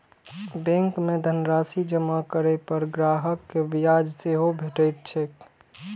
bank मे धनराशि जमा करै पर ग्राहक कें ब्याज सेहो भेटैत छैक